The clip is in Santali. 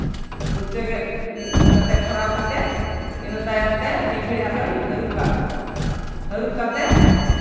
ᱠᱩᱲᱪᱟᱹ ᱜᱮᱫ ᱠᱟᱛᱮᱫ ᱵᱷᱚᱨᱟᱣ ᱠᱟᱛᱮᱫ ᱤᱱᱟᱹ ᱛᱟᱭᱚᱢ ᱛᱮ ᱢᱤᱫ ᱜᱷᱟᱹᱲᱤᱡ ᱟᱨᱦᱚᱸᱧ ᱦᱟᱹᱨᱩᱵ ᱠᱟᱜ ᱠᱚᱣᱟ ᱦᱟᱹᱨᱩᱵ ᱠᱟᱛᱮᱫ